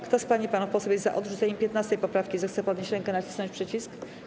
Kto z pań i panów posłów jest za odrzuceniem 15. poprawki, zechce podnieść rękę i nacisnąć przycisk.